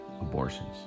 abortions